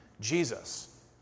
Jesus